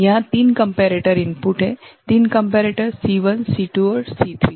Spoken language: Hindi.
यहाँ 3 कम्पेरेटर इनपुट हैं 3 कम्पेरेटर C1 C2 और C3 ठीक हैं